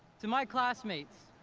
to my classmates,